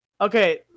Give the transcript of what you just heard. Okay